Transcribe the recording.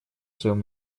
своем